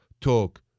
talk